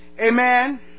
Amen